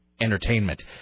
entertainment